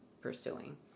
pursuing